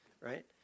right